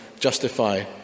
Justify